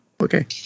Okay